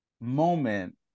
moment